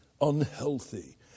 unhealthy